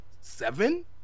seven